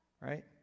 Right